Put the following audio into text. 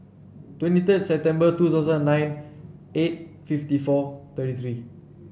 twenty third September two thousand nine eight fifty four thirty three